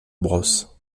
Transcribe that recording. bros